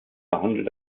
behandelt